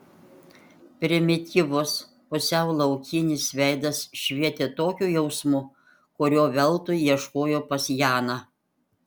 primityvus pusiau laukinis veidas švietė tokiu jausmu kurio veltui ieškojo pas janą